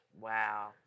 Wow